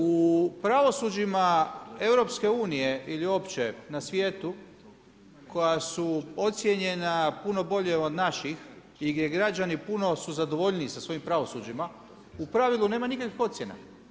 U pravosuđima EU ili uopće na svijetu, koja su ocijenjena puno bolje od naših i gdje su građani puno zadovoljniji sa svojim pravosuđima, u pravilu nema nikakvih ocjena.